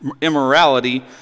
immorality